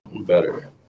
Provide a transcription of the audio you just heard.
Better